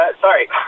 sorry